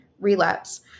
relapse